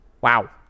Wow